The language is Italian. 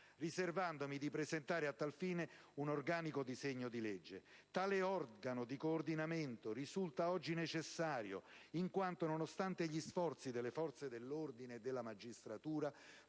riservandomi di presentare a tal fine un organico disegno di legge. Tale organo di coordinamento risulta oggi necessario in quanto, nonostante gli sforzi dell'ordine e della magistratura,